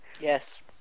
Yes